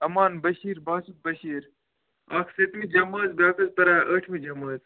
اَمان بٔشیر باسط بٔشیراَکھ سٔتمہِ جمٲژ بیٛاکھ حظ چھِ پَران ٲٹھمہِ جَمٲژ